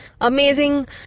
amazing